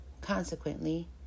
Consequently